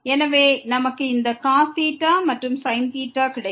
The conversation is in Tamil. எனவே நமக்கு இந்த cosθ மற்றும் sin கிடைக்கும்